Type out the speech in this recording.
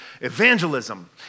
evangelism